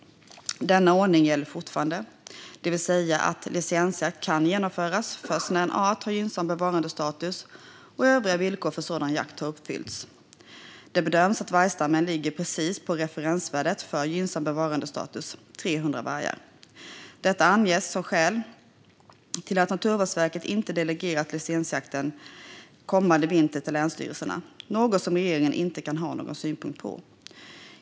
Denna ordning gäller fortfarande, det vill säga att licensjakt kan genomföras först när en art har gynnsam bevarandestatus och övriga villkor för sådan jakt har uppfyllts. Det bedöms att vargstammen ligger precis på referensvärdet för gynnsam bevarandestatus - 300 vargar. Detta anges som skäl till att Naturvårdsverket inte delegerat licensjakten kommande vinter till länsstyrelserna, något som regeringen inte kan ha någon synpunkt på.